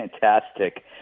fantastic